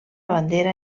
bandera